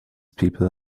people